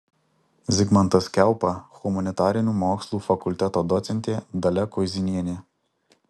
zigmantas kiaupa humanitarinių mokslų fakulteto docentė dalia kuizinienė